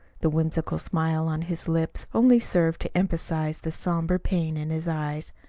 the whimsical smile on his lips only served to emphasize the somber pain in his eyes.